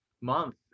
month